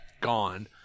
Gone